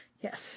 Yes